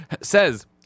says